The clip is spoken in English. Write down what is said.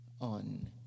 on